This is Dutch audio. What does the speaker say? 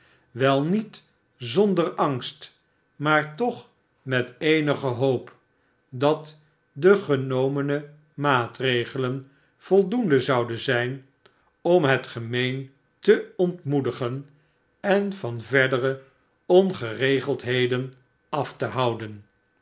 wel met zonder angst maar toch met eenige hoop dat de genomene maatregelen voldoende zouden zijn om het gemeen te ontmoedigen en van verdere ongeregeldheden af te houden